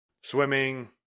swimming